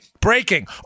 breaking